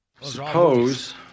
Suppose